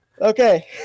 Okay